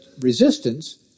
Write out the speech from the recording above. resistance